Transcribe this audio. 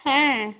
হ্যাঁ